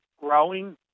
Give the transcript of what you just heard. growing